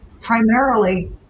primarily